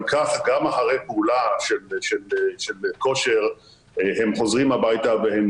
גם אחרי פעולה של כושר הם חוזרים הביתה והם